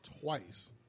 twice